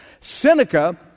Seneca